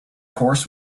course